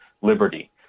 Liberty